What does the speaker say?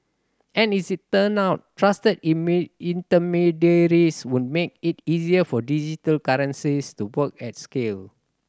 and it's turn out trusted intermediaries would make it easier for digital currencies to work at scale